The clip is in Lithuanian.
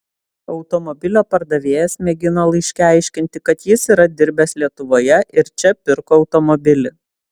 automobilio pardavėjas mėgino laiške aiškinti kad jis yra dirbęs lietuvoje ir čia pirko automobilį